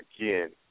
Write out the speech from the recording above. again